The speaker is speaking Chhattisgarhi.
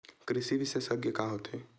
कृषि विशेषज्ञ का होथे?